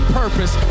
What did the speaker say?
purpose